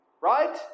right